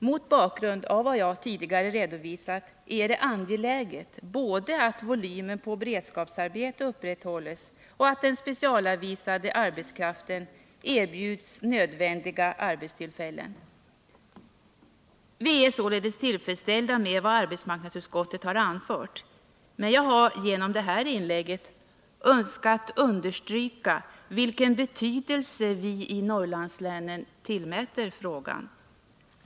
Mot bakgrund av vad jag tidigare redovisat är det angeläget både att volymen på beredskapsarbete upprätthålles och att den specialanvisade arbetskraften erbjuds nödvändiga arbetstillfällen. Vi är således tillfredsställda med vad arbetsmarknadsutskottet har anfört, men jag har genom mitt inlägg önskat understryka vilken betydelse vi i Norrlandslänen tillmäter frågan.